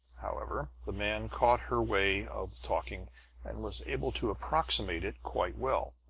however, the man caught her way of talking and was able to approximate it quite well,